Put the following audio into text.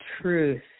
truth